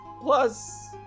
Plus